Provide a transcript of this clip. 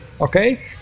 okay